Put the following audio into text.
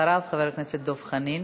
אחריו, חבר הכנסת דב חנין.